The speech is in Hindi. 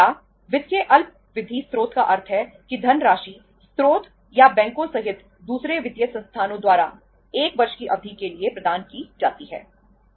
या वित्त के अल्पावधि स्रोत का अर्थ है कि धनराशि स्रोत या बैंकों सहित दूसरे वित्तीय संस्थानों द्वारा 1 वर्ष की अवधि के लिए प्रदान की जाती है